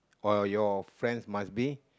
oh your friends must be